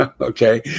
Okay